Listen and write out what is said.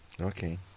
Okay